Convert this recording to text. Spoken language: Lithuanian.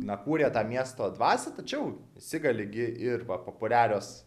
na kūrė tą miesto dvasią tačiau įsigali gi ir va populiarios